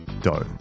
dough